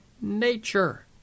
nature